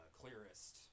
clearest